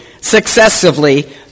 successively